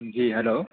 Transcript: جی hello